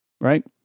right